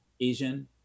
asian